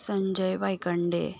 Sanjay Waykhande